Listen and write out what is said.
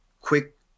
quick